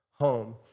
home